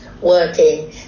working